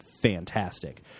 fantastic